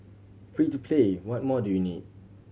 free to play what more do you need